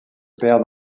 perd